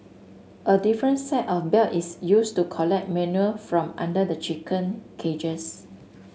a different set of belt is used to collect manure from under the chicken cages